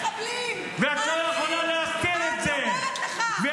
ואת לא יכולה להסתיר את זה -- אני אומרת